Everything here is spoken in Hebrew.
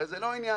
הרי זה לא עניין.